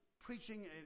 preaching